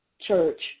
church